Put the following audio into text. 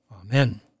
Amen